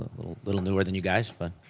little little newer than you guys. but